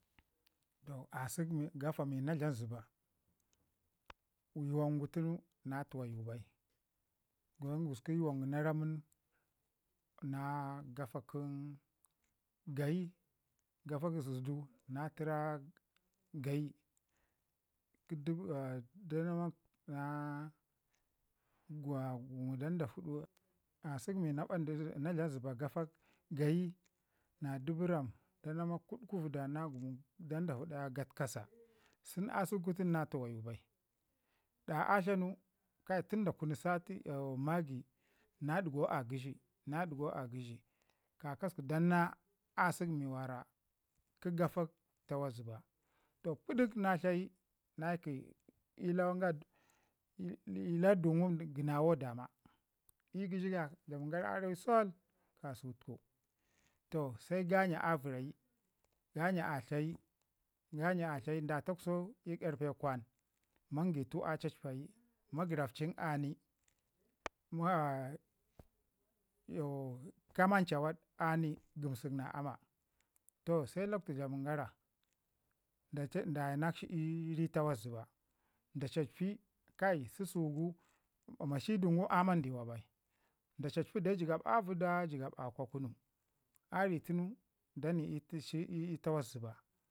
Asak gafa na dlam zəba gafo tin na ruwayu bai don yuwangu na ramun gafa gayi gafa zədu na təra gayi kə dubu danamak na guma danda fudu asək mi na bandu na dlam zəba gafa gayina dubu danamak gutkuvadu na gumu danda fudu aya katkasa sen asə tun na tuwayu bai. Da a tlanu kaitun da kunu sati maagi na ɗiguu a gəshi na ɗigau a gəshi kakasəka dan na kafa asək mi wara kə gafa takwas zəba pədik na tlayi na ki lardu ngum gənawu dama. Ii gəshi ga dlamin gara arawi suu, toh se ganja a vərayi ganja a tlayi ganja a tlaye da twaksau ii karpe kwan mangitau a cacpayi, magərafcin ani kamanxawa ani gəmsak na ama toh se lakutu dlamen gara dayanakshi ii ri takwas zəba da capi susu gu kai mashiri ngum aman ndiwa bwi, da cacpi dae jigab a vəda jigab a kwakunu. Ari tunu da ni ii takwas zəba,